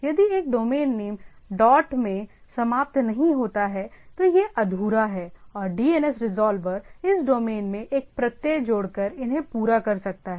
यदि एक domain name dot में समाप्त नहीं होता है तो यह अधूरा है और DNS रिज़ॉल्वर इस डोमेन में एक प्रत्यय जोड़कर इन्हें पूरा कर सकता है